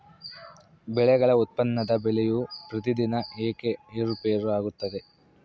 ಬೆಳೆಗಳ ಉತ್ಪನ್ನದ ಬೆಲೆಯು ಪ್ರತಿದಿನ ಏಕೆ ಏರುಪೇರು ಆಗುತ್ತದೆ?